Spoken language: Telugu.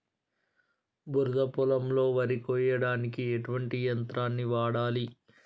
బురద పొలంలో వరి కొయ్యడానికి ఎటువంటి యంత్రాన్ని వాడాలి?